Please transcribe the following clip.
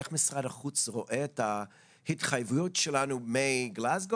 איך משרד החוץ רואה את ההתחייבויות שלנו מגלזגו,